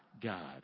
God